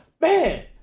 Man